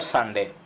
Sunday